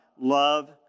love